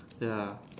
ya